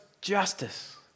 justice